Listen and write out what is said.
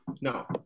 No